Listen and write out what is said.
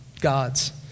God's